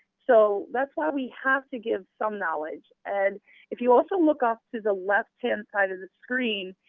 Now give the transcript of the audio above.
so that's why we have to give some knowledge. and if you also look off to the left-hand side of the screen,